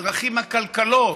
בדרכים עקלקלות,